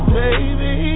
baby